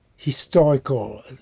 historical